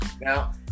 Now